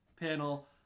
panel